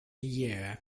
year